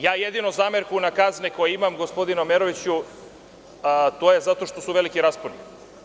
Jedinu zamerku na kazne koju imam, gospodine Omeroviću, to je zato što su veliki rasponi.